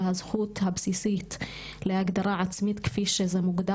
ובזכות הבסיסית להגדרה עצמית כפי שזה מוגדר